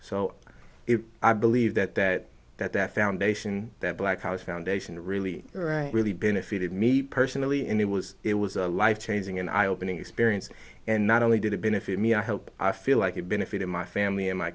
so it i believe that that that that foundation that black house foundation really really benefited me personally and it was it was a life changing and eye opening experience and not only did it benefit me i hope i feel like it benefited my family and my